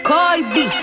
Cardi